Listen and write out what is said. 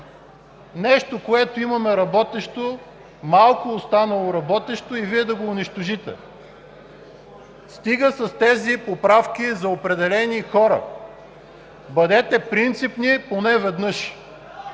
Нещо, което имаме работещо – малко останало работещо, и Вие да го унищожите! Стига с тези поправки за определени хора, бъдете принципни поне веднъж.